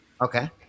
okay